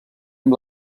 amb